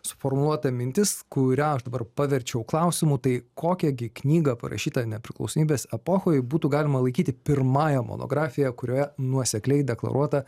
suformuluota mintis kurią aš dabar paverčiau klausimu tai kokią gi knygą parašytą nepriklausomybės epochoje būtų galima laikyti pirmąja monografija kurioje nuosekliai deklaruota